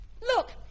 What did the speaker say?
Look